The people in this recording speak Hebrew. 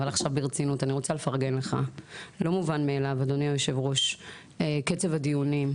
ועכשיו ברצינות אני רוצה לפרגן לך וגם למנהלת.